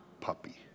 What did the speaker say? puppy